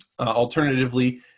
Alternatively